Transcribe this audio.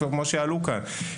כפי שהועלה כאן.